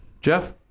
Jeff